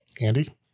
Andy